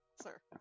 Sir